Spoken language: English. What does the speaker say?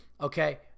okay